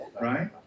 right